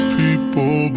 people